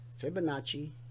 Fibonacci